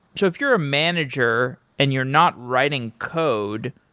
so if you're a manager and you're not writing code,